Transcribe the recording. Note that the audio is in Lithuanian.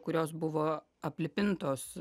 kurios buvo aplipintos